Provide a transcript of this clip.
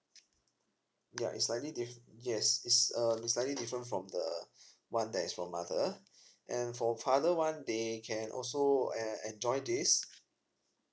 ya is slightly diff~ yes is uh is slightly different from the one that is for mother and for father one they can also en~ enjoy this